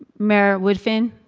mayor woodfin,